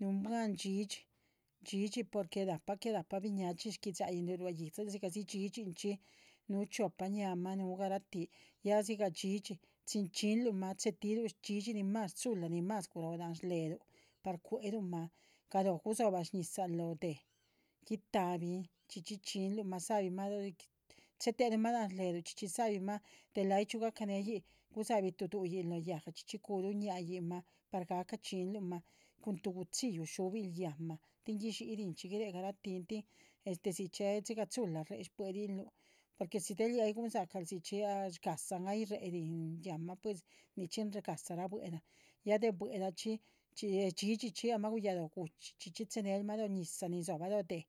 Nunnbuan dhxídhxi, dhxídhxi porque napaa que rapa biñasxhi gui´dxain nin riu rua yídziluh, dhxídhxi nu chiopa ñaama. ya siga dhxídhxi chin xiínnluma chetiru nin mas chula, nin mas guro lanh sleluh par cu´eruma galo gusobarú s ñisaru lo deh rta´bi,´bin chxíchi dxiínnluma, sa´bima loh du´h, del aí chíu gahcane ih, gusabirun tu du´hin loh yahaga, chxíxhi curu ñainma par gahca dxiínnruma cun tu guchillo sxhubiru yanhma tin guxchi rinchí guiria gachetiin tin sxichi siga chula re s buelinrú potque del ih hay gunsacalun sgasahn hay shee rinnan yanhma pues nicxhí sgasxha buela, ya de buelachi dhxídhxi ama yhullalo gucxhi, cheneruma loh ñisa nin zoba lo deh,